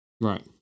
Right